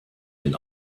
den